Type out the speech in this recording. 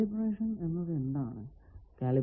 calibration എന്നത് എന്തണ്